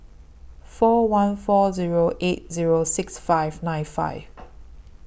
four one four Zero eight Zero six five nine five